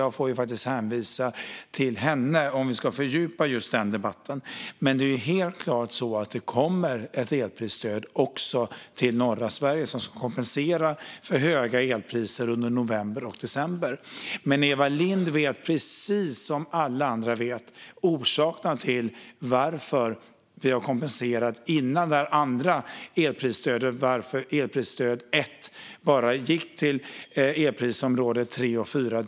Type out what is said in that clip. Jag får faktiskt hänvisa till henne om just den debatten ska fördjupas. Men det är ju helt klart så att det kommer ett elprisstöd också till norra Sverige som ska kompensera för höga elpriser under november och december. Eva Lindh vet, precis som alla andra, varför vi har kompenserat före det andra elprisstödet och varför elprisstöd 1 bara gick till elprisområde 3 och 4.